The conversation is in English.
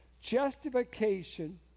Justification